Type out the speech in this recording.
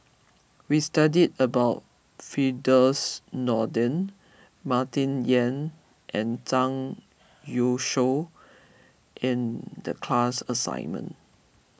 we studied about Firdaus Nordin Martin Yan and Zhang Youshuo in the class assignment